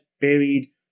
buried